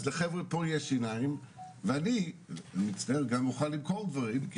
אז לחבר'ה פה יש שיניים ואני גם אוכל למכור דברים,